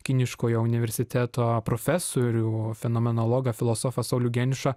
kiniškojo universiteto profesorių fenomenologą filosofą saulių geniušą